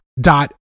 dot